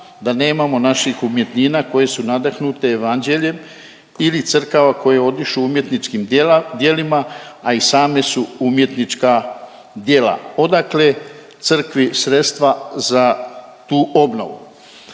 da nemamo naših umjetnina koje su nadahnute Evanđeljem ili crkava koje odišu umjetničkim djela… djelima, a i same su umjetnička djela? Odakle crkvi sredstva za tu obnovu?